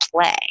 play